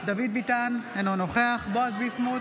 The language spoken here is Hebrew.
דוד ביטן, אינו נוכח בועז ביסמוט,